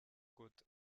côte